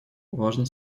важно